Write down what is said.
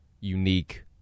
unique